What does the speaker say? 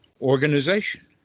organization